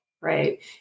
right